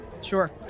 Sure